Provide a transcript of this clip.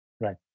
Right